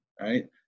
Right